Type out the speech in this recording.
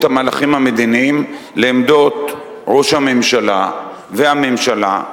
המהלכים המדיניים לעמדות ראש הממשלה והממשלה,